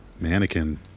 mannequin